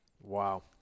Wow